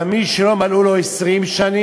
גם מי שלא מלאו לו 20 שנים,